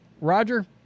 Roger